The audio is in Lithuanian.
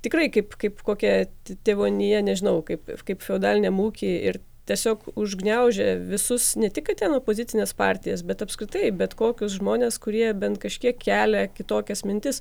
tikrai kaip kaip kokia tėvonija nežinau kaip kaip feodaliniam ūkį ir tiesiog užgniaužia visus ne tik ten opozicines partijas bet apskritai bet kokius žmones kurie bent kažkiek kelia kitokias mintis